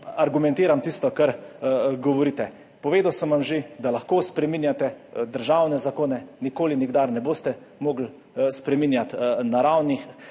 argumentiram tisto, kar govorite. Povedal sem vam že, da lahko spreminjate državne zakone, nikoli, nikdar ne boste mogli spreminjati naravnih.